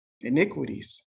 iniquities